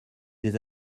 des